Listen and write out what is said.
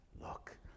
Look